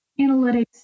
analytics